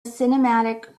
cinematic